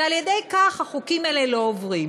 ועל-ידי כך החוקים האלה לא עוברים,